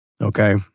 Okay